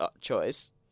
choice